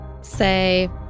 say